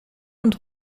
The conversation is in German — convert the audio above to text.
und